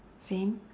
same